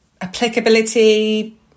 applicability